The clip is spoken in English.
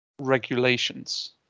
regulations